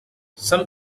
some